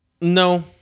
No